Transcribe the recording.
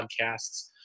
Podcasts